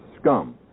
scum